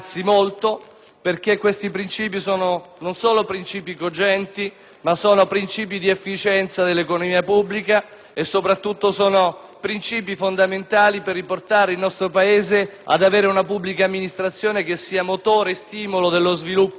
perché tali princìpi, non solo sono cogenti, ma sono princìpi di efficienza dell'economia pubblica e soprattutto princìpi fondamentali per riportare il nostro Paese a disporre di una pubblica amministrazione che sia motore e stimolo dello sviluppo economico